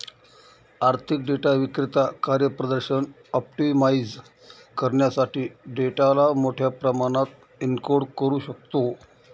आर्थिक डेटा विक्रेता कार्यप्रदर्शन ऑप्टिमाइझ करण्यासाठी डेटाला मोठ्या प्रमाणात एन्कोड करू शकतो